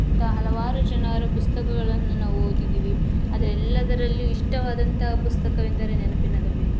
ಇಂಥ ಹಲವಾರು ಜನರ ಪುಸ್ತಕಗಳನ್ನು ನಾವು ಓದಿದ್ದೀವಿ ಅದೆಲ್ಲದರಲ್ಲೂ ಇಷ್ಟವಾದಂತಹ ಪುಸ್ತಕವೆಂದರೆ ನೆನಪಿನ ದೋಣಿಯಲ್ಲಿ